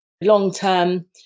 long-term